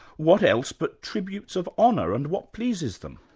what else, but tributes of honour and what pleases them?